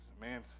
Man